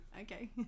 okay